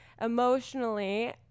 emotionally